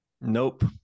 Nope